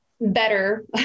better